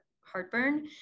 heartburn